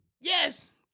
Yes